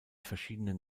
verschiedenen